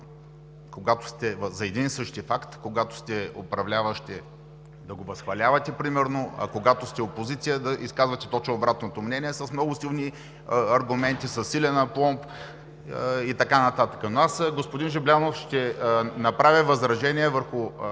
за един и същи факт, когато сте управляващи, да го възхвалявате примерно, а когато сте опозиция, да изказвате точно обратното мнение с много силни аргументи, със силен апломб и така нататък. Господин Жаблянов, ще направя възражение върху